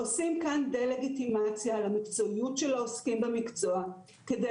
עושים כאן דה-לגיטימציה על המקצועיות של העוסקים במקצוע כדי